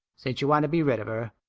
since you want to be rid of her.